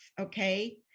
okay